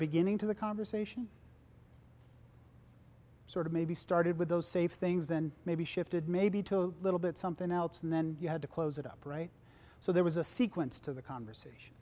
beginning to the conversation sort of maybe started with those safe things then maybe shifted maybe to a little bit something else and then you had to close it up right so there was a sequence to the conversation